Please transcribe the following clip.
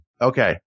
Okay